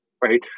right